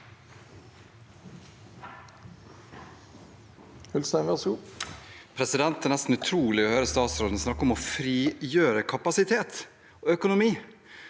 Det er nesten utrolig å høre statsråden snakke om å frigjøre kapasitet og økonomi.